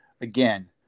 again